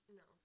no